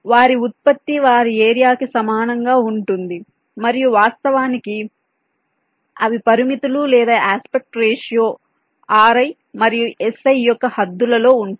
వారి ఉత్పత్తి వారి ఏరియా కి సమానంగా ఉంటుంది మరియు వాస్తవానికి అవి పరిమితులు లేదా యాస్పెక్ట్ రేషియో ri మరియు si యొక్క హద్దులలో ఉంటాయి